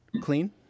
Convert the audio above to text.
clean